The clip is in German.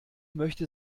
möchte